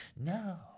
No